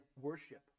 worship